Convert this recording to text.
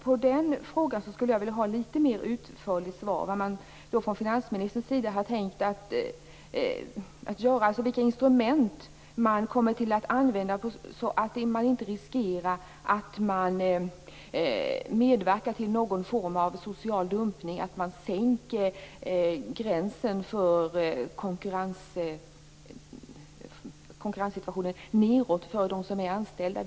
På den frågan skulle jag vilja ha ett litet mer utförligt svar. Vilka instrument kommer man att använda så att man inte riskerar att medverka till någon form av social dumpning, att man försämrar situationen när det gäller konkurrensen för de anställda.